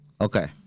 okay